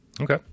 Okay